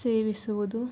ಸೇವಿಸುವುದು